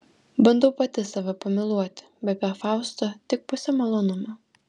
bandau pati save pamyluoti bet be fausto tik pusė malonumo